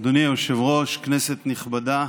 אדוני היושב-ראש, כנסת נכבדה,